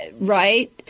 right